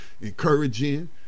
encouraging